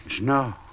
no